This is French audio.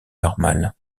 normal